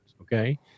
okay